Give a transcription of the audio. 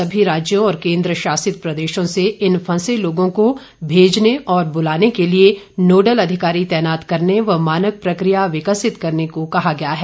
सभी राज्यों और केंद्र शासित प्रदेशों से इन फंसे लोगों को भेजने और बुलाने के लिए नोडल अधिकारी तैनात करने व मानक प्रक्रिया विकसित करने को कहा गया है